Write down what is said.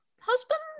husband